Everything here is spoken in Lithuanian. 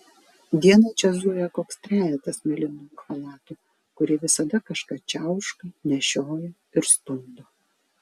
dieną čia zuja koks trejetas mėlynųjų chalatų kurie visada kažką čiauška nešioja ir stumdo